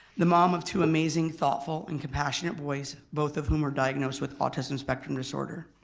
the mom of two amazing, thoughtful and compassionate boys both of whom are diagnosed with autism spectrum disorder.